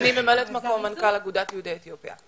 אני ממלאת מקום מנכ"ל אגודת יהודי אתיופיה.